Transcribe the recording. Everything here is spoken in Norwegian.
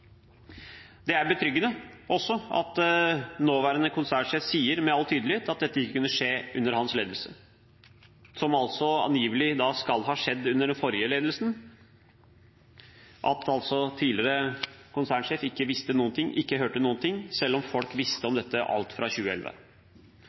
da også betryggende at nåværende konsernsjef med all tydelighet sier at dette ikke kunne skje under hans ledelse, det som angivelig skal ha skjedd under den forrige ledelsen: at tidligere konsernsjef ikke visste noen ting, ikke hørte noen ting – selv om folk visste